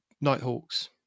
nighthawks